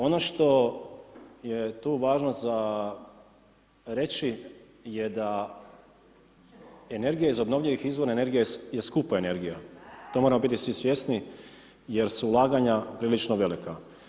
Ono što je tu važno za reći je da energija iz obnovljivih izvora, energija je skupa energija, to moramo biti svi svjesni jer su ulaganja prilično velika.